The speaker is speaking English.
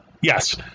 Yes